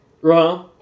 Right